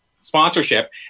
sponsorship